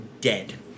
dead